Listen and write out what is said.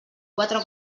quatre